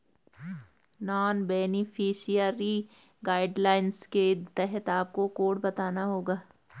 non beneficiary guidelines के तहत आपको कोड बताना होगा